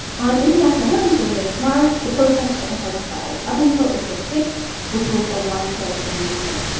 on international women's day in march, the protests intensified. up until april sixth which was a watershed in the movement.